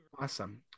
Awesome